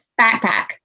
Backpack